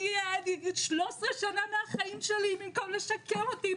אני 13 שנה מהחיים שלי במקום לשקם אותי,